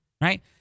right